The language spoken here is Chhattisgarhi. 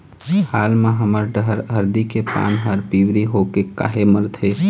हाल मा हमर डहर हरदी के पान हर पिवरी होके काहे मरथे?